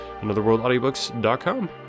Anotherworldaudiobooks.com